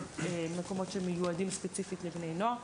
על מקומות שמיועדים ספציפית לבני נוער.